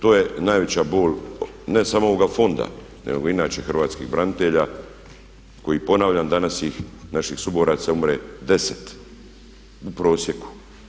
To je najveća bol ne samo ovoga fonda nego i inače hrvatskih branitelja koji ponavljam danas ih, naših suboraca umre 10, u prosjeku.